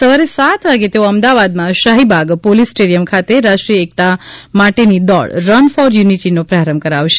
સવારે સાત વાગ્યે તેઓ અમદાવાદમાં શાહીબાદ પોલીસ સ્ટેડિયમ ખાતે રાષ્ટ્રીય એકતા માટેની દોડ રન ફોર યુનિટીનો પ્રારંભ કરાવશે